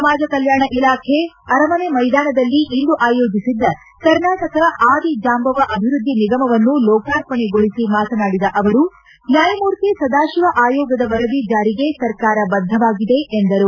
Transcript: ಸಮಾಜ ಕಲ್ಮಾಣ ಇಲಾಖೆ ಅರಮನೆ ಮೈದಾನದಲ್ಲಿ ಇಂದು ಆಯೋಜಿಸಿದ್ದ ಕರ್ನಾಟಕ ಆದಿ ಜಾಂಬವ ಅಭಿವೃದ್ದಿ ನಿಗಮವನ್ನು ಲೋಕಾರ್ಪಣೆಗೊಳಿಸಿ ಮಾತನಾಡಿದ ಅವರು ನ್ಯಾಸದಾಶಿವ ಆಯೋಗದ ವರದಿ ಜಾರಿಗೆ ಸರ್ಕಾರ ಬದ್ದವಾಗಿದೆ ಎಂದರು